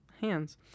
hands